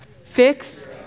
fix